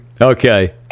Okay